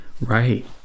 Right